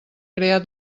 crear